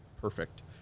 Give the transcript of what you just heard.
perfect